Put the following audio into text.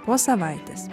po savaitės